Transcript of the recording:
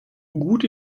gut